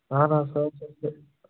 اَہَن حظ سُہ